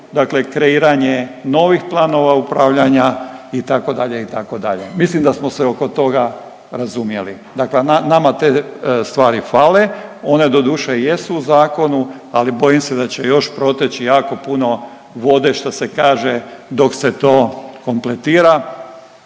dakle kreiranje novih planova upravljanja itd., itd. Mislim da sam se oko toga razumjeli. Dakle, nama te stvari fale, one doduše jesu u zakonu ali bojim se da će još proteći jako puno vode što se kaže dok se to kompletira,